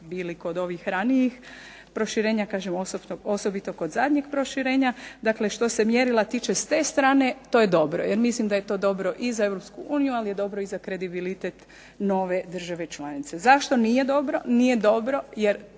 bili kod ovih ranijih proširenja, kažem osobito kod zadnjeg proširenja. Dakle što se mjerila tiče s te strane to je dobro, jer mislim da je to dobro i za Europsku uniju, ali je dobro i za kredibilitet nove države članice. Zašto nije dobro? Nije dobro jer